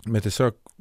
bet tiesiog